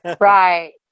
Right